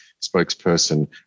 spokesperson